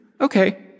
Okay